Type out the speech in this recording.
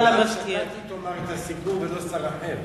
השר, שאתה תאמר את הסיכום, ולא שר אחר.